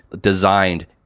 designed